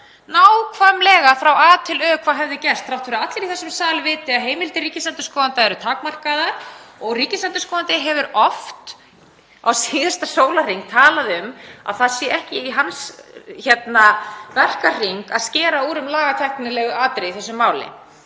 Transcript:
nákvæmlega frá A til Ö hvað hefði gerst þrátt fyrir að allir í þessum sal viti að heimildir ríkisendurskoðanda eru takmarkaðar og ríkisendurskoðandi hefur oft á síðasta sólarhring talað um að það sé ekki í hans verkahring að skera úr um lagatæknileg atriði í þessu máli.